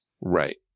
Right